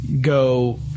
go